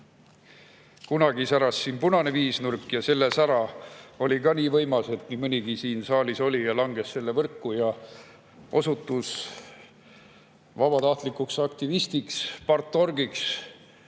Kunagi säras siin punane viisnurk ja selle sära oli ka nii võimas, et nii mõnigi siin saalis olija langes selle võrku ja osutus vabatahtlikuks aktivistiks – partorgiks,